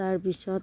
তাৰপিছত